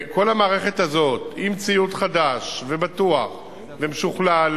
כל המערכת הזו, עם ציוד חדש ובטוח ומשוכלל,